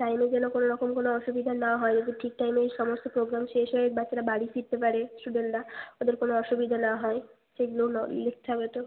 টাইমে যেন কোনো রকম কোনো অসুবিধা না হয় যদি ঠিক টাইমেই সমস্ত প্রোগ্রাম শেষ হয়ে বাচ্চারা বাড়ি ফিরতে পারে স্টুডেন্টরা তাদের কোনো অসুবিধা না হয় সেগুলো ল লিখতে হবে তো